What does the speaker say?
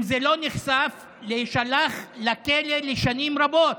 אם זה לא היה נחשף, להישלח לכלא לשנים רבות.